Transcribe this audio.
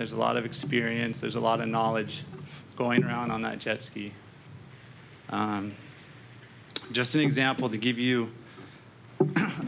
there's a lot of experience there's a lot of knowledge going around on that jet ski just an example to give you